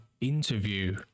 interview